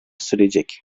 sürecek